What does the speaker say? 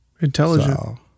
Intelligent